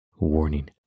Warning